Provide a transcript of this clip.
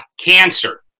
Cancer